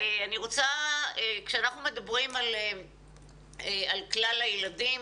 כאשר אנחנו מדברים על כלל הילדים,